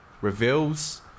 reveals